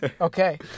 okay